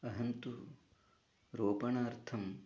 अहं तु रोपणार्थम्